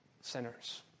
sinners